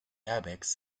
airbags